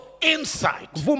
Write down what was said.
Insight